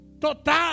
total